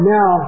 Now